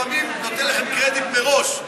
אני לפעמים נותן לכם קרדיט מראש,